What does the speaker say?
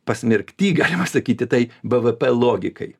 pasmerkti galima sakyti tai bvp logikai